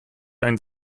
ein